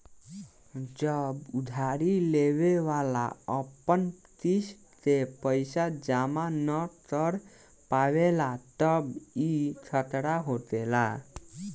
जब उधारी लेवे वाला अपन किस्त के पैसा जमा न कर पावेला तब ई खतरा होखेला